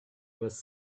was